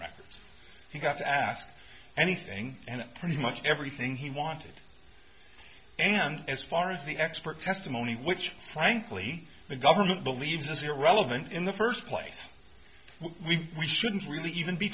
records he got to ask anything and pretty much everything he wanted and as far as the expert testimony which frankly the government believes is irrelevant in the first place we shouldn't really even be